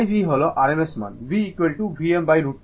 V হল rms মান V Vm √2